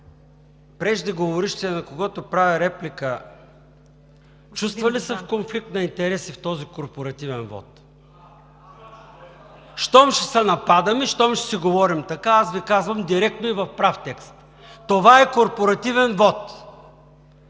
преждеговорившия, на когото правя реплика, чувства ли се в конфликт на интереси в този корпоративен вот? (Реплики.) Щом ще се нападаме, щом ще си говорим така, аз Ви казвам директно и в прав текст: това е корпоративен вот!